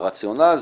ברציונל,